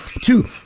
two